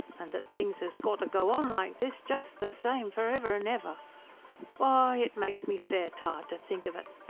and that things as got to go on like this, just the same, for ever and ever why, it makes me fair tired to think of it.